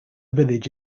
village